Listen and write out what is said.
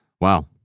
Wow